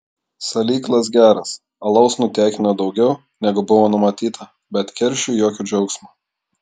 salyklas geras alaus nutekino daugiau negu buvo numatyta bet keršiui jokio džiaugsmo